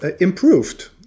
improved